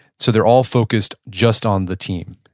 so they're all focused just on the team?